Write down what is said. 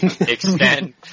extend